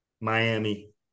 Miami